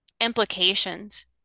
implications